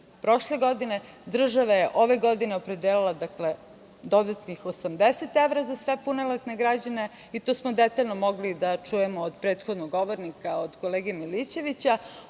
prošle godine, država je ove godine opredelila dodatnih 80 evra za sve punoletne građane. To smo detaljno mogli da čujemo od prethodnog govornika, od kolege Milićevića. Ono